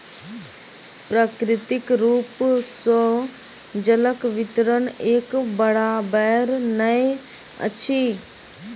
प्राकृतिक रूप सॅ जलक वितरण एक बराबैर नै अछि